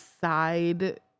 side